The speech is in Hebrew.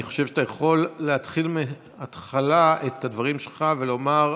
אני חושב שאתה יכול להתחיל את הדברים שלך מהתחלה ולומר,